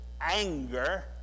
anger